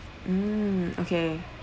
hmm okay